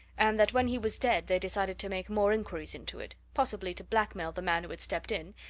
and that when he was dead they decided to make more inquiries into it possibly to blackmail the man who had stepped in,